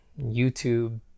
YouTube